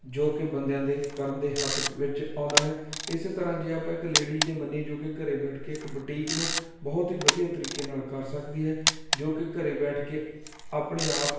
ਜੋ ਕਿ ਬੰਦਿਆਂ ਦੇ ਕਰਨ ਦੇ ਹੱਕ ਵਿੱਚ ਆਉਂਦਾ ਹੈ ਇਸ ਤਰ੍ਹਾਂ ਜੇ ਆਪਾਂ ਇੱਕ ਲੇਡੀ ਦੇ ਮੰਨੀਏ ਜੋ ਕਿ ਘਰ ਬੈਠ ਕੇ ਇੱਕ ਬੁਟੀਕ ਨੂੰ ਬਹੁਤ ਹੀ ਵਧੀਆ ਤਰੀਕੇ ਨਾਲ ਕਰ ਸਕਦੀ ਹੈ ਜੋ ਕਿ ਘਰ ਬੈਠ ਕੇ ਆਪਣੇ ਆਪ